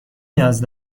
نیاز